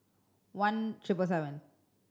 one triple seven